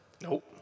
Nope